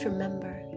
remember